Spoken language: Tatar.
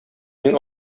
мин